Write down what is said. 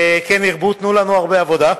כן ירבו, תנו לנו הרבה עבודה.